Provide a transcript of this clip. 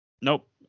Nope